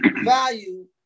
value